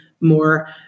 more